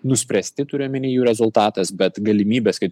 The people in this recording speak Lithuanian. nuspręsti turiu omeny jų rezultatas bet galimybės kad